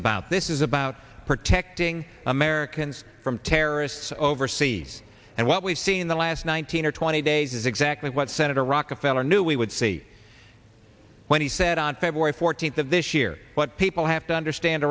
about this is about protecting americans from terrorists overseas and what we've seen in the last nineteen or twenty days is exactly what senator rockefeller knew we would see when he said on february fourteenth of this year what people have to understand